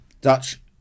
Dutch